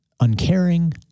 uncaring